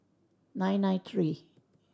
nine nine tree